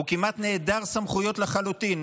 הוא כמעט נעדר סמכויות לחלוטין,